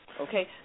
okay